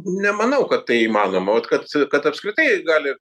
nemanau kad tai įmanoma ot kad kad apskritai gali